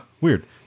Weird